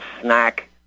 snack